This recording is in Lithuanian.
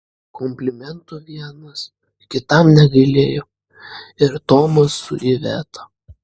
komplimentų vienas kitam negailėjo ir tomas su iveta